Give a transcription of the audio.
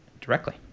directly